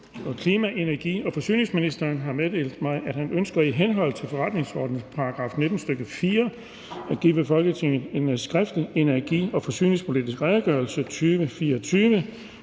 Klima-, energi- og forsyningsministeren har meddelt mig, at han ønsker i henhold til forretningsordenens § 19, stk. 4, at give Folketinget en skriftlig Energi- og forsyningspolitisk redegørelse 2024.